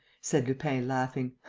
said lupin, laughing,